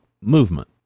movement